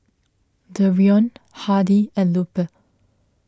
Dereon Hardy and Lupe